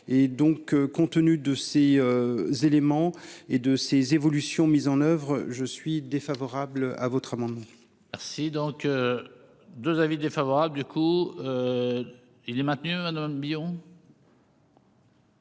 compte tenu de ces éléments et de ces évolutions mises en oeuvre, je suis défavorable à votre amendement.